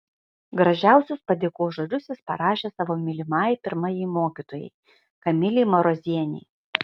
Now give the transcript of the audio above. gražiausius padėkos žodžius jis parašė savo mylimai pirmajai mokytojai kamilei marozienei